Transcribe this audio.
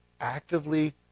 actively